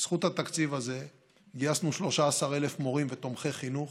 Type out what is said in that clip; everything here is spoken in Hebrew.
בזכות התקציב הזה גייסנו 13,000 מורים ותומכי חינוך